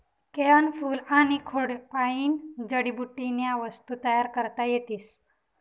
केयनं फूल आनी खोडपायीन जडीबुटीन्या वस्तू तयार करता येतीस